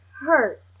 hurt